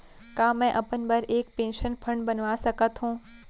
का मैं अपन बर एक पेंशन फण्ड बनवा सकत हो?